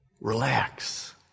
Relax